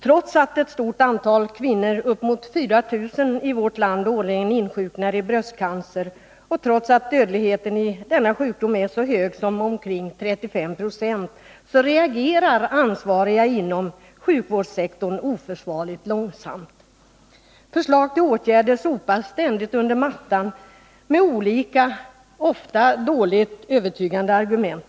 Trots att ett stort antal kvinnor, i vårt land uppemot 4000 årligen, insjuknar i bröstcancer och trots att dödligheten i denna sjukdom är så hög som omkring 35 26, reagerar ansvariga inom sjukvårdssektorn oförsvarligt långsamt. Förslag till åtgärder sopas ständigt under mattan med olika, ofta dåligt övertygande, argument.